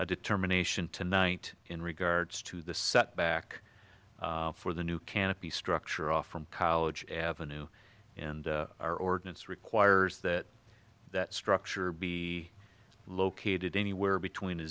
a determination tonight in regards to the setback for the new canopy structure off from college avenue and our ordinance requires that that structure be located anywhere between a